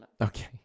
Okay